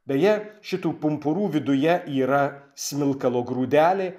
beje šitų pumpurų viduje yra smilkalo grūdeliai